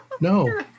No